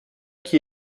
qui